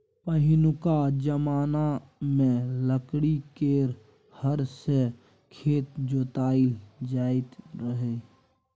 पहिनुका जमाना मे लकड़ी केर हर सँ खेत जोताएल जाइत रहय